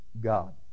God